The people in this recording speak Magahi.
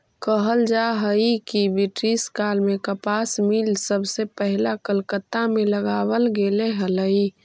कहल जा हई कि ब्रिटिश काल में कपास मिल सबसे पहिला कलकत्ता में लगावल गेले हलई